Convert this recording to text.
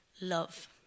love